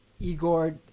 Igor